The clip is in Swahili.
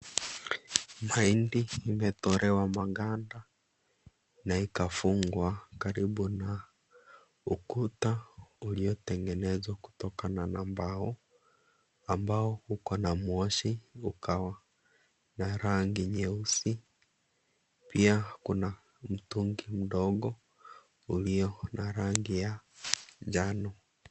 Mahindi imetolewa maganda na ikafungwa karibu na ukuta uliotengenezwa kutokana na mbao, ambao uko na moshi ukawa na rangi nyeusi. Pia kuna mtungi mdogo ulio na rangi ya njano.